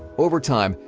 over time,